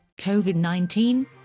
COVID-19